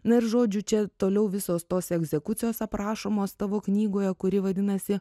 na ir žodžiu čia toliau visos tos egzekucijos aprašomos tavo knygoje kuri vadinasi